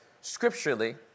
scripturally